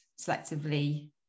selectively